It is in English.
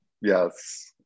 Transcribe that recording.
Yes